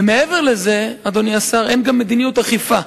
ומעבר לזה, אדוני השר, אין גם מדיניות אכיפה.